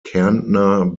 kärntner